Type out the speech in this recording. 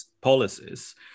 policies